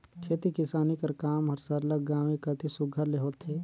खेती किसानी कर काम हर सरलग गाँवें कती सुग्घर ले होथे